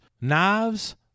knives